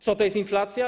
Co to jest inflacja?